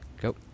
Go